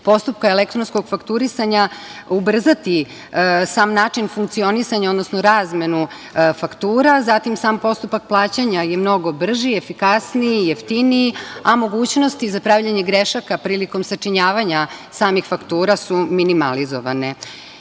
postupka elektronskog fakturisanja ubrzati sam način funkcionisanja, odnosno razmenu faktura. Zatim, sam postupak plaćanja je mnogo brži i efikasniji, jeftiniji, a mogućnosti za pravljenje grešaka prilikom sačinjavanja samih faktura su minimalizovane. Ja